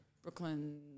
Brooklyn